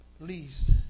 least